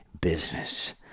business